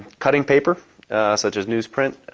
cutting paper such as newsprint,